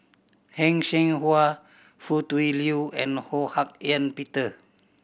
Heng Cheng Hwa Foo Tui Liew and Ho Hak Ean Peter